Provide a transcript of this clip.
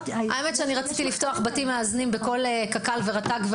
רציתי לפתוח בתים מאזנים בכל קק"ל ורט"ג.